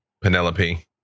Penelope